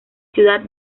ciudad